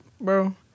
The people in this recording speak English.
bro